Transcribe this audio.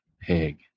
pig